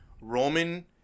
Roman